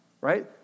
right